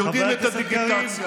יודעים את הדיגיטציה,